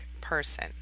person